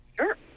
sure